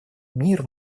мир